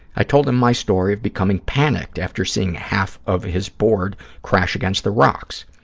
i told him my story of becoming panicked after seeing half of his board crash against the rocks.